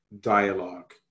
dialogue